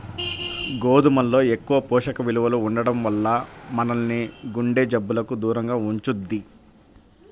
గోధుమల్లో ఎక్కువ పోషక విలువలు ఉండటం వల్ల మనల్ని గుండె జబ్బులకు దూరంగా ఉంచుద్ది